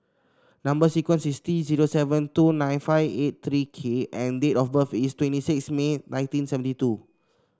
number sequence is T zero seven two nine five eight three K and date of birth is twenty six May nineteen seventy two